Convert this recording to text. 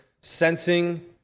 sensing